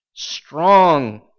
Strong